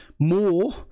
more